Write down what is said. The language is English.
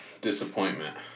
Disappointment